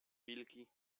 wilki